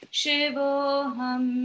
shivoham